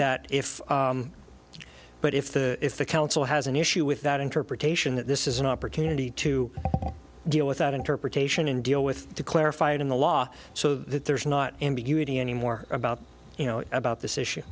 that if but if the if the council has an issue with that interpretation that this is an opportunity to deal with that interpretation and deal with to clarify it in the law so that there's not any more about you know about this issue